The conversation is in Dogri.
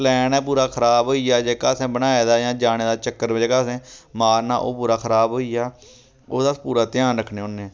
प्लैन गै पूरा खराब होई जा जेह्का असें बनाए दा जां जाने दा चक्कर जेह्का असें मारना ओह् पूरा खराब होई जा ओह्दा पूरा ध्यान रक्खने होन्ने